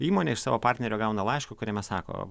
įmonė iš savo partnerio gauna laišką kuriame sako